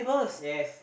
yes